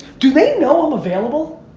do they know i'm available?